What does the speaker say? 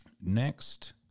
Next